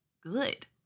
good